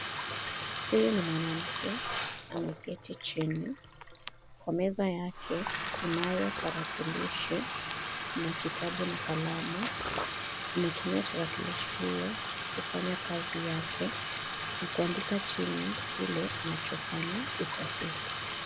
Huyu ni mwanamke ameketi jini kwa meza yake kunayo tarakilishi na kitabu na kalamu anatumia tarakilishi hio kufanya kazi yake ya kuandika jini kile anachofanya utafiti.